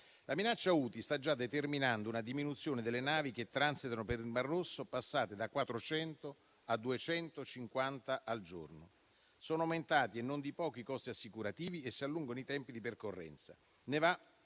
La minaccia Houthi sta già determinando una diminuzione delle navi che transitano per il mar Rosso, passate da 400 a 250 al giorno. Sono aumentati, e non di poco, i costi assicurativi e si allungano i tempi di percorrenza.